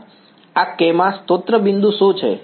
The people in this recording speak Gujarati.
આ K માં સ્ત્રોત બિંદુ શું છે